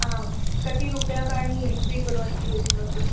आं कति रूप्यकाणि स्वीकुर्वन्ति भवती